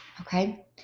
Okay